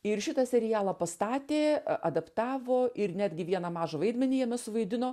ir šitą serialą pastatė adaptavo ir netgi vieną mažą vaidmenį jame suvaidino